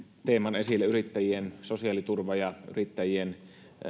teeman esille yrittäjien sosiaaliturva ja yrittäjien